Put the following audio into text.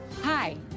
Hi